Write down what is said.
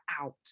out